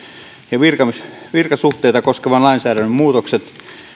ja virkasuhteita koskevan lainsäädännön muutokset